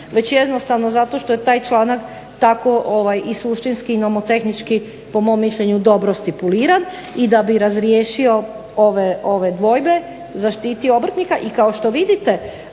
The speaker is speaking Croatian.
već jednostavno zato što je taj članak tako i suštinski i nomotehnički po mom mišljenju dobro stipuliran. I da bi razriješio ove dvojbe, zaštitio obrtnika. I kao što vidite